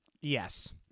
Yes